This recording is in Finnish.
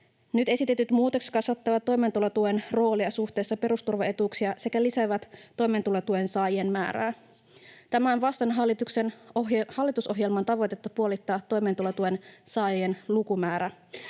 Nyt esitetyt muutokset kasvattavat toimeentulotuen roolia suhteessa perusturvaetuuksiin sekä lisäävät toimeentulotuen saajien määrää. Tämä on vastoin hallitusohjelman tavoitetta puolittaa toimeentulotuen saajien lukumäärä.